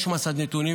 יש מסד נתונים.